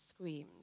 screamed